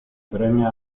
premio